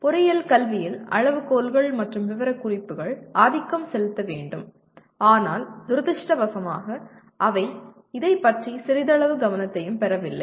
பொறியியல் கல்வியில் அளவுகோல்கள் மற்றும் விவரக்குறிப்புகள் ஆதிக்கம் செலுத்த வேண்டும் ஆனால் துரதிர்ஷ்டவசமாக அவை இதைப் பற்றி சிறிதளவு கவனத்தையும் பெறவில்லை